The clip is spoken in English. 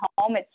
home